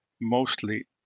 mostly